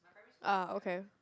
ah okay